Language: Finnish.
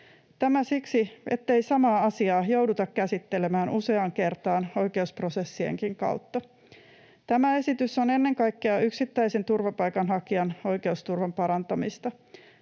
Tämä siksi, ettei samaa asiaa jouduta käsittelemään useaan kertaan oikeusprosessienkaan kautta. Tämä esitys on ennen kaikkea yksittäisen turvapaikanhakijan oikeusturvan parantamista.